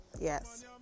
yes